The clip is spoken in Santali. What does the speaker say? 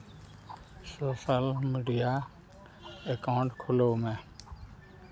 ᱥᱳᱥᱟᱞ ᱢᱤᱰᱤᱭᱟ ᱮᱠᱟᱣᱩᱱᱴ ᱠᱷᱩᱞᱟᱹᱣ ᱢᱮ